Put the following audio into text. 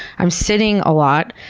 i'm sitting a lot.